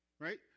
Right